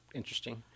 interesting